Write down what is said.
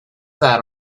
that